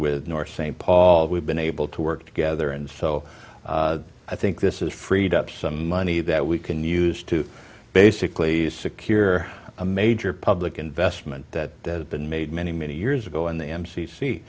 with north st paul we've been able to work together and so i think this is freed up some money that we can use to basically secure a major public investment that been made many many years ago in the m c c